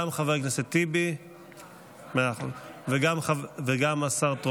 בעד, 20,